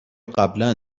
قبلا